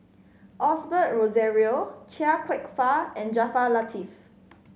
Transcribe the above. Osbert Rozario Chia Kwek Fah and Jaafar Latiff